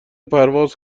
پرواز